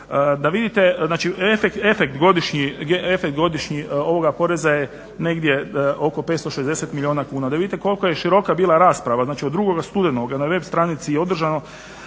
Da vidite, znači efekt godišnji ovoga poreza je negdje oko 560 milijuna kuna. Da vidite koliko je bila široka rasprava znači od 2. studenoga na web stranici je održano